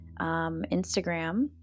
Instagram